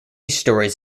stories